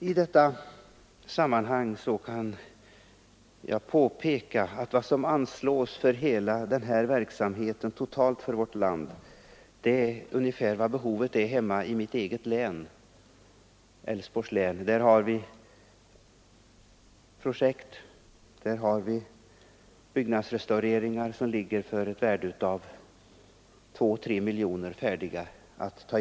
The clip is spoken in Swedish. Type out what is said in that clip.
I det sammanhanget kan jag påpeka att de medel som anslås till hela denna verksamhet totalt för vårt land ungefär motsvarar behovet hemma i mitt eget län, Älvsborgs län. Där har vi projekt, färdiga att ta itu med omgående, det är byggnadsrestaureringar till ett värde av 2—3 miljoner som nu får vänta.